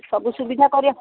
ସବୁ ସୁବିଧା କରିବା